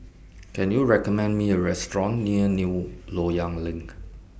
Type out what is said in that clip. Can YOU recommend Me A Restaurant near New Loyang LINK